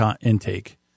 intake